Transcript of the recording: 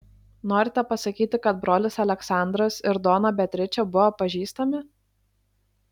norite pasakyti kad brolis aleksandras ir dona beatričė buvo pažįstami